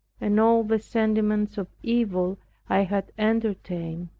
and all the sentiments of evil i had entertained.